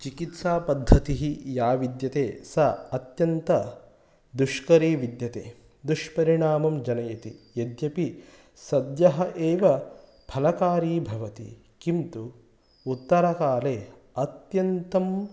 चिकित्सापद्धतिः या विद्यते सा अत्यन्तदुष्करी विद्यते दुष्परिणामं जनयति यद्यपि सद्यः एव फलकारी भवति किन्तु उत्तरकाले अत्यन्तम्